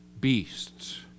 beasts